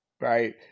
right